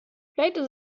vielleicht